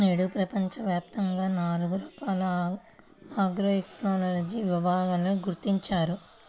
నేడు ప్రపంచవ్యాప్తంగా నాలుగు రకాల ఆగ్రోఇకాలజీని విభాగాలను గుర్తించారు